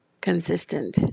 consistent